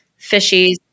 fishies